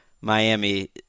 Miami